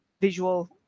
visual